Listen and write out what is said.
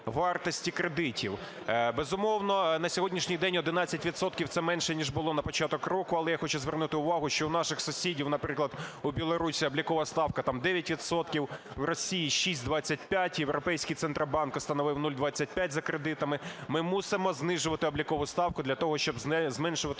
вартості кредитів. Безумовно, на сьогоднішній день 11 відсотків – це менше, ніж було на початок року. Але я хочу звернути увагу, що у наших сусідів, наприклад у Білорусі, облікова ставка там 9 відсотків, в Росії – 6,25, Європейський центробанк установив 0,25 за кредитами. Ми мусимо знижувати облікову ставку для того, щоб зменшувати